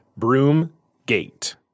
Broomgate